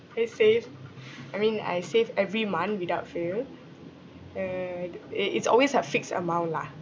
uh save I mean I save every month without fail uh i~ it's always a fixed amount lah